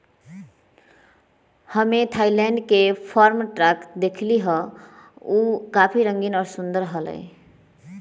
हम्मे थायलैंड के farm truck देखली हल, ऊ काफी रंगीन और सुंदर हलय